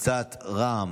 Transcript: קבוצת סיעת רע"מ,